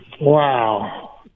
Wow